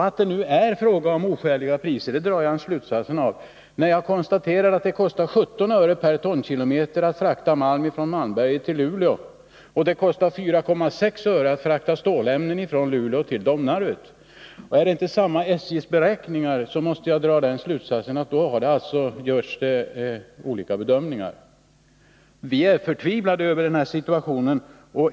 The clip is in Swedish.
Att det är fråga om oskäliga priser — den slutsatsen drar jag när jag konstaterar att det kostar 17 öre per tonkilometer att frakta malm från Malmberget till Luleå och 4,6 öre att frakta stålämnen från Luleå till Domnarvet. Är det också SJ:s beräkningar, så måste jag dra slutsatsen att det görs olika bedömningar. Vi är förtvivlade över den här situationen.